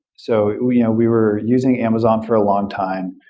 so we we were using amazon for a long time.